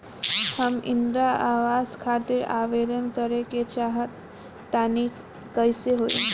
हम इंद्रा आवास खातिर आवेदन करे क चाहऽ तनि कइसे होई?